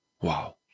Wow